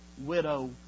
widow